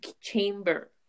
chamber